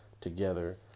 together